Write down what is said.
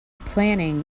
planning